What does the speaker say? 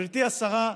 גברתי השרה,